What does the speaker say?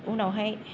उनावहाय